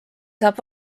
saab